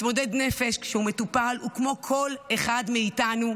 מתמודד נפש, כשהוא מטופל, הוא כמו כל אחד מאיתנו.